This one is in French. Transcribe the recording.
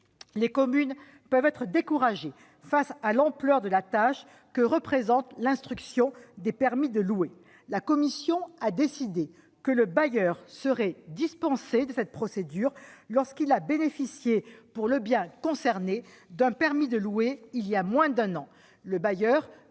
Les communes peuvent être découragées face à l'ampleur de la tâche que représente l'instruction des permis de louer. La commission a décidé que le bailleur serait dispensé de cette procédure lorsqu'il a bénéficié, pour le bien concerné, d'un permis de louer depuis moins d'un an.